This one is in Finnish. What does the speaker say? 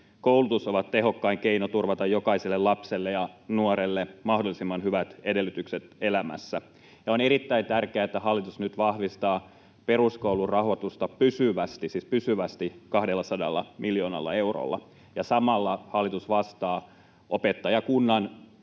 koulutus ovat tehokkain keino turvata jokaiselle lapselle ja nuorelle mahdollisimman hyvät edellytykset elämässä. On erittäin tärkeätä, että hallitus nyt vahvistaa peruskoulun rahoitusta pysyvästi — siis pysyvästi — 200 miljoonalla eurolla. Samalla hallitus vastaa opettajakunnan